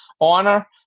Honor